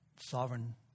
sovereign